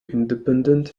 independent